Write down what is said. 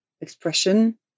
expression